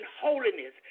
holiness